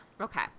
Okay